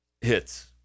hits